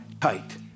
tight